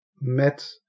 met